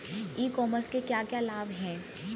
ई commerce के क्या क्या लाभ हैं?